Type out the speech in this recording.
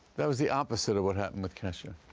that was the opposite of what happened with kesha.